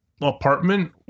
apartment